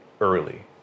early